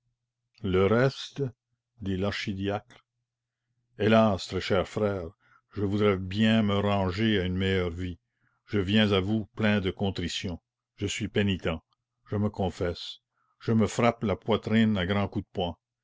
le reste dit l'archidiacre hélas très cher frère je voudrais bien me ranger à une meilleure vie je viens à vous plein de contrition je suis pénitent je me confesse je me frappe la poitrine à grands coups de poing